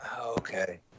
Okay